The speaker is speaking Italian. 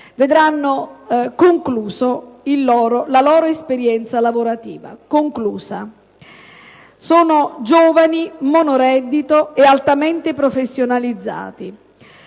vedranno conclusa la loro esperienza lavorativa. Sono giovani monoreddito altamente professionalizzati.